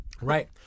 Right